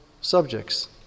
subjects